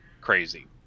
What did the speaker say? crazy